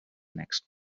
next